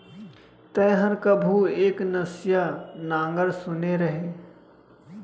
तैंहर कभू एक नसिया नांगर सुने रहें?